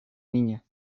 niña